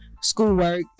schoolwork